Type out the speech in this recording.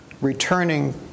returning